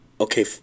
Okay